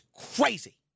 crazy